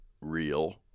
real